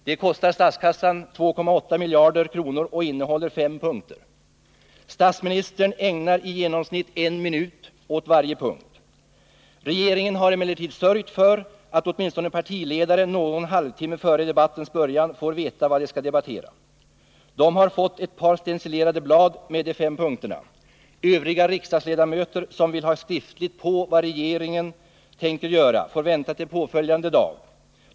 Det kostar statskassan 2,8 miljarder kronor och innehåller fem punkter. Statsministern ägnar i genomsnitt en minut åt varje punkt. Regeringen har emellertid sörjt för att åtminstone partiledare någon halvtimme före debattens början får veta vad de skall debattera. De har fått ett par stencilerade blad med de fem punkterna. Övriga riksdagsledamöter som vill ha skriftligt på vad regeringen tänker göra får vänta till påföljande dag.